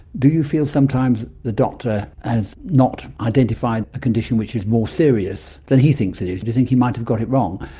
do you feel sometimes the doctor has not identified a condition which is more serious than he thinks it is, do you think he might have got it wrong?